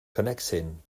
connecting